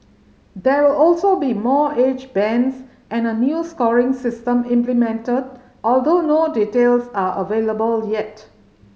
there will also be more age bands and a new scoring system implemented although no details are available yet